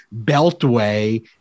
Beltway